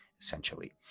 essentially